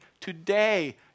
Today